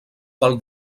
pel